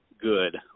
good